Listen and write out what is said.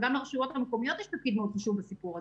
גם לרשויות המקומיות יש תפקיד מאוד חשוב בסיפור הזה.